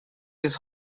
his